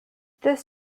this